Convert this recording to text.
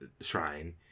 shrine